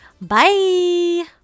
Bye